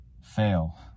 fail